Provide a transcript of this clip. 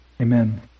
amen